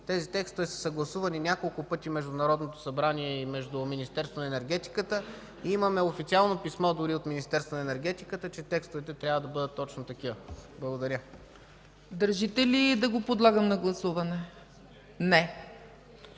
Тези текстове са съгласувани няколко пъти между Народното събрание и Министерството на енергетиката. Имаме дори официално писмо от Министерството на енергетиката, че текстовете трябва да бъдат точно такива. Благодаря. ПРЕДСЕДАТЕЛ ЦЕЦКА ЦАЧЕВА: Държите ли да го подлагам на гласуване?